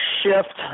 shift